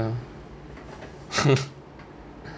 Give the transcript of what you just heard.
ya